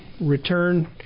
return